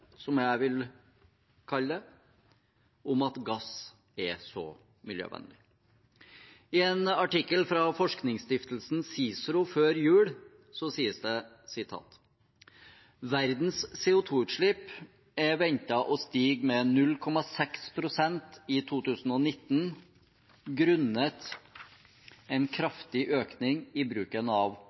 som jeg vil kalle det – om at gass er så miljøvennlig. I en artikkel fra forskningsstiftelsen CICERO før jul sies det: «Verdens CO 2 -utslipp er ventet å stige med 0,6 prosent i 2019 grunnet en kraftig økning i bruken av